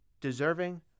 deserving